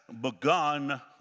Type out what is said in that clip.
begun